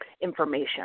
information